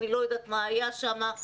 אני לא יודעת מה היה שם,